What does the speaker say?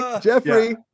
Jeffrey